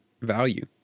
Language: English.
value